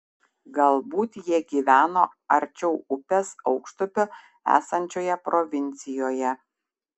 galbūt jie gyveno arčiau upės aukštupio esančioje provincijoje